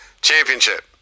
championship